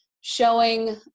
showing